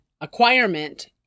acquirement